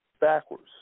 backwards